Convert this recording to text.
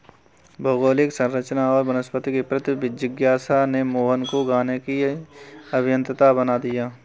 भौगोलिक संरचना और वनस्पति के प्रति जिज्ञासा ने मोहन को गाने की अभियंता बना दिया